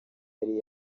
yari